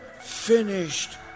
finished